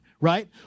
right